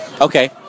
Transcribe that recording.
Okay